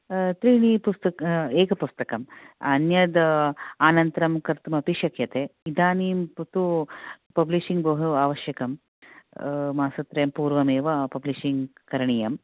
त्रीणि पुस्तक एकपुस्तकम् अन्यद् अनन्तरमपि कर्तुमपि शक्यते इदानीं तु पब्लिशिङ्ग् बहु आवश्यकं मासत्रयपूर्वमेव पब्लिशिङ्ग् करणीयम्